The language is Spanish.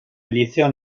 liceo